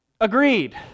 agreed